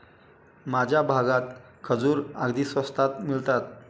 माझ्या भागात खजूर अगदी स्वस्तात मिळतात